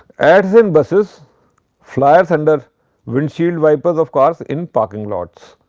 ads in buses flyers under windshield wipers of cars in parking lots